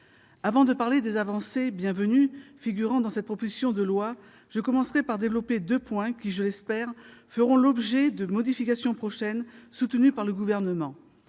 Avant de parler des avancées bienvenues figurant dans cette proposition de loi, je commencerai par développer deux points, qui, je l'espère, feront l'objet de modifications prochaines avec le soutien du Gouvernement.